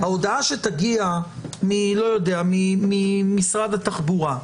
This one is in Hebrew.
ההודעה שתגיע ממשרד התחבורה,